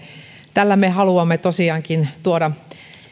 tällä me haluamme tosiaankin tuoda